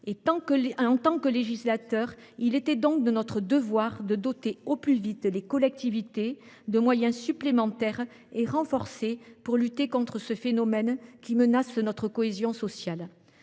En tant que législateur, il était donc de notre devoir de doter au plus vite les collectivités de moyens supplémentaires et renforcés pour lutter contre ce phénomène, qui menace notre cohésion sociale.